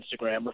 Instagram